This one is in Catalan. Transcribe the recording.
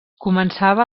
començava